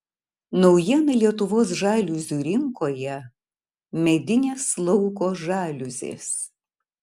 naujiena lietuvos žaliuzių rinkoje medinės lauko žaliuzės